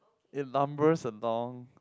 it lumbers along